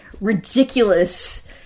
ridiculous